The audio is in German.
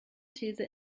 these